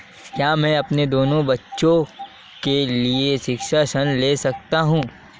क्या मैं अपने दोनों बच्चों के लिए शिक्षा ऋण ले सकता हूँ?